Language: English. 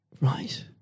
Right